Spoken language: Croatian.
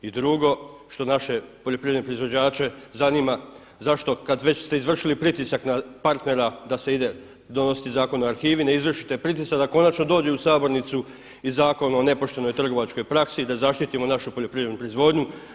I drugo, što naše poljoprivredne proizvođače zanima zašto kada već ste izvršili pritisak na partnera da se ide donositi Zakon o arhivi ne izvršite pritisak da konačno dođe u sabornicu i Zakon o nepoštenoj trgovačkoj praksi i da zaštitimo našu poljoprivrednu proizvodnju.